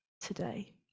today